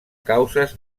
causes